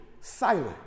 silent